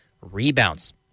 rebounds